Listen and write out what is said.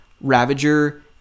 ravager